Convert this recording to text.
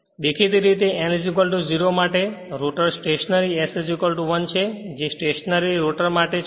હવે દેખીતી રીતે n 0 માટે રોટર સ્ટેશનરી s 1 છે જે સ્ટેશનરી રોટર માટે છે